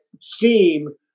seem